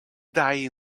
die